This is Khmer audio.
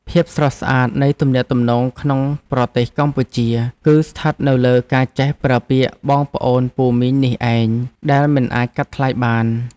ភាពស្រស់ស្អាតនៃទំនាក់ទំនងក្នុងប្រទេសកម្ពុជា គឺស្ថិតនៅលើការចេះប្រើពាក្យបងប្អូនពូមីងនេះឯងដែលមិនអាចកាត់ថ្លៃបាន។